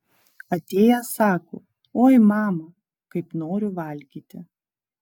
atėjęs sako oi mama kaip noriu valgyti